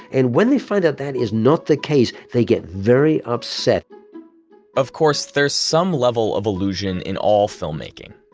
and when they find out that is not the case, they get very upset of course, there's some level of illusion in all filmmaking.